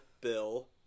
Bill